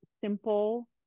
simple